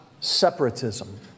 separatism